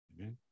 Amen